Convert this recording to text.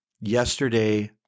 yesterday